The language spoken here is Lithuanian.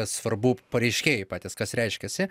svarbu pareiškėjai patys kas reiškiasi